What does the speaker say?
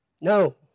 No